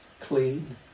clean